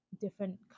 different